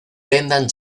brendan